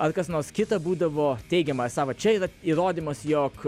ar kas nors kita būdavo teigiama esą va čia yra įrodymas jog